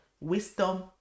wisdom